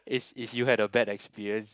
is if you had a bad experience